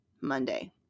monday